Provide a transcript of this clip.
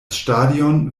stadion